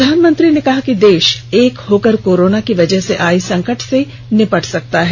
प्रधानमंत्री ने कहा कि देश एक होकर कोरोना की वजह से आए संकट से निपट सकता है